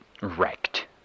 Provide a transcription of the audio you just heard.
wrecked